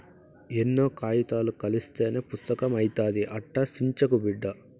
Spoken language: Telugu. ఎన్నో కాయితాలు కలస్తేనే పుస్తకం అయితాది, అట్టా సించకు బిడ్డా